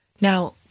Now